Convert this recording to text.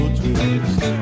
twist